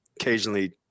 occasionally